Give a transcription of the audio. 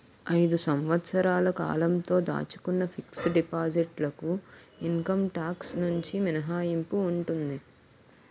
ఐదు సంవత్సరాల కాలంతో దాచుకున్న ఫిక్స్ డిపాజిట్ లకు ఇన్కమ్ టాక్స్ నుంచి మినహాయింపు ఉంటుంది